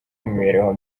imibereho